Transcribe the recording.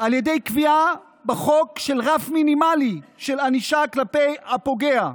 על ידי קביעה בחוק של רף מינימלי של ענישה כלפי הפוגע.